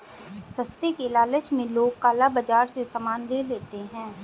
सस्ते के लालच में लोग काला बाजार से सामान ले लेते हैं